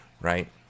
right